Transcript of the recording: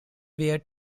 wear